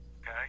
okay